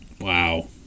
Wow